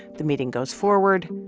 the meeting goes forward.